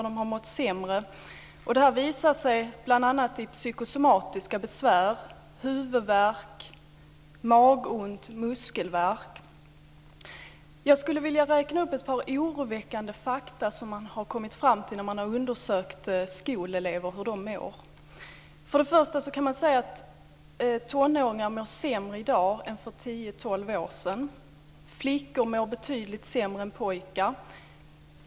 Det har visat sig i bl.a. psykosomatiska besvär som huvudvärk, magont, muskelvärk. Jag skulle vilja räkna upp ett par oroväckande fakta som man har kommit fram till när man har undersökt hur skolelever mår. Man kan säga att tonåringar mår sämre i dag för tio-tolv år sedan. Flickor mår betydligt sämre än pojkar.